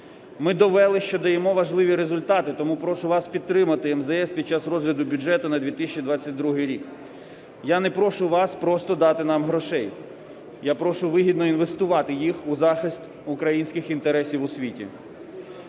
Ми довели, що даємо важливі результати, тому прошу вас підтримати МЗС під час розгляду бюджету на 2022 рік. Я не прошу вас просто дати нам грошей, я прошу вигідно інвестувати їх у захист українських інтересів у світі.